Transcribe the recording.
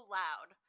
loud